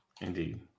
Indeed